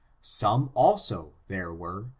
some, also, there were,